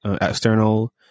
external